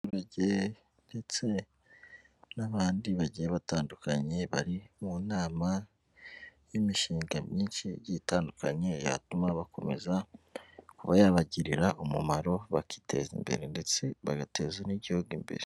Abaturage ndetse n'abandi bagiye batandukanye bari mu nama y'imishinga myinshi igiye itandukanye, yatuma bakomeza kuba yabagirira umumaro bakiteza imbere ndetse bagateza n'igihugu imbere.